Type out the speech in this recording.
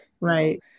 right